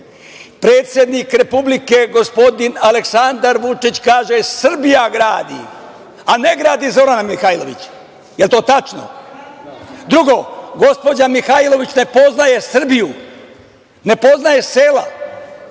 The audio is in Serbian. Predsednik Republike, gospodin Aleksandar Vučić kaže – Srbija gradi, a ne gradi Zorana Mihajlović. Jel to tačno? Drugo, gospođa Mihajlović ne poznaje Srbiju, ne poznaje sela.